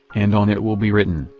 and on it will be written,